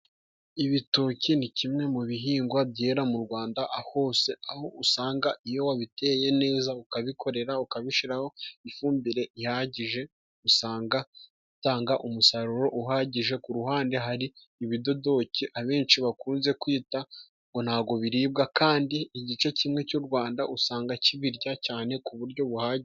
Ibitoki ni kimwe mu bihingwa byera mu Rwanda hose, aho usanga iyo wabiteye neza, ukabikorera, ukabishyiraho ifumbire ihagije usanga bitanga umusaruro uhagije. Ku ruhande hari ibidodoke abenshi bakunze kwita ngo ntabwo biribwa kandi igice kimwe cy'urwanda usanga kibirya kandi ku buryo buhagije.